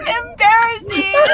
embarrassing